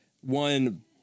one